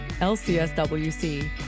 LCSWC